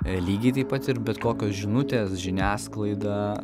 lygiai taip pat ir bet kokios žinutės žiniasklaida